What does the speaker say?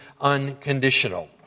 unconditional